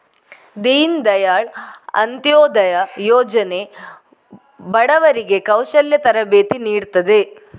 ದೀನ್ ದಯಾಳ್ ಅಂತ್ಯೋದಯ ಯೋಜನೆ ಬಡವರಿಗೆ ಕೌಶಲ್ಯ ತರಬೇತಿ ನೀಡ್ತದೆ